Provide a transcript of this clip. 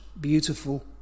beautiful